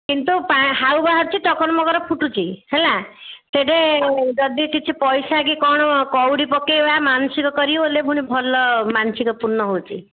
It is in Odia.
କିନ୍ତୁ ହାଉ ବାହାରୁଛି ଟକର ମକର ଫୁଟୁଛି ହେଲା କେବେ ଯଦି କିଛି ପଇସା କି କ'ଣ କଉଡ଼ି ପକାଇବା ମାନସିକ ପୁଣି ଭଲ ମାନସିକ ପୂର୍ଣ୍ଣ ହଉଛି